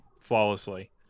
flawlessly